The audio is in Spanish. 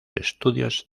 estudios